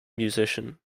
musician